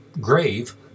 grave